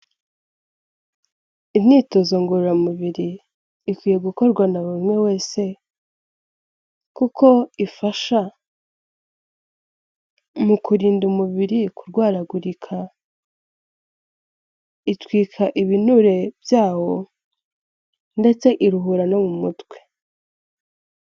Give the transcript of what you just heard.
Imyitozo ngororamubiri, ikwiye gukorwa na buri umwe wese, kuko ifasha mu kurinda umubiri kurwaragurika, itwika ibinure byawo, ndetse iruhura no mu mutwe.